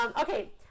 Okay